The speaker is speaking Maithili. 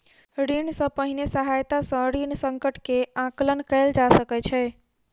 ऋण सॅ पहिने सहायता सॅ ऋण संकट के आंकलन कयल जा सकै छै